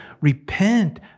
Repent